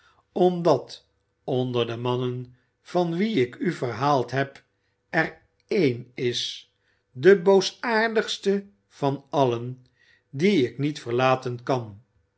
omdat onder de mannen van wie ik u verhaald heb er een is de boosaardigste van allen dien ik niet verlaten kan